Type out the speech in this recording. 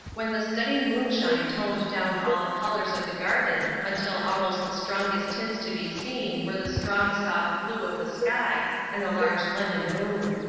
when the steady moonshine toned down all the colours of the garden until almost the strongest tints to be seen were the strong soft blue of the sky and the large lemon moon.